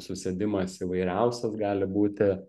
susėdimas įvairiausias gali būti